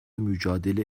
mücadele